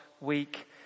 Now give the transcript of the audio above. week